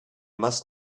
must